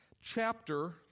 chapter